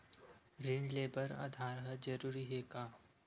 ऋण ले बर आधार ह जरूरी हे का?